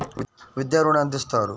విద్యా ఋణం ఎంత ఇస్తారు?